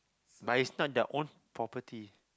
but is not their own property